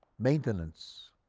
maintenance,